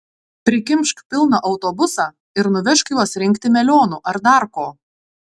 prikimšk pilną autobusą ir nuvežk juos rinkti melionų ar dar ko